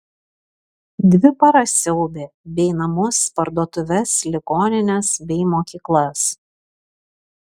dvi paras siaubė bei namus parduotuves ligonines bei mokyklas